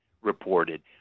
reported